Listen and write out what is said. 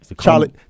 Charlie